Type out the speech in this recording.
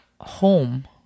home